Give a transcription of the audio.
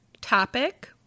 topic